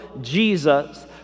Jesus